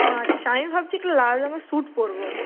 হাঁ আচ্ছা আমি ভাবছি কি লাল রঙের স্যুট পরবো